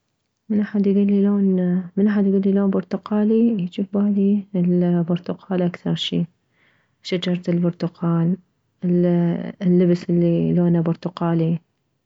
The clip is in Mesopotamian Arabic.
من احد يكلي لون من احد يكلي لون برتقالي يجي ببالي البرتقال اكثر شي شجرة البرتقال اللبس الي لونه برتقالي